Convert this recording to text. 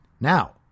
Now